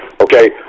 Okay